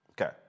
Okay